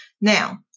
Now